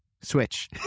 Switch